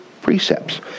precepts